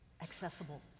accessible